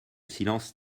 silence